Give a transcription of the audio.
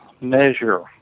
measure